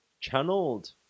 Channeled